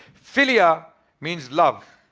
philia means love.